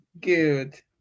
Good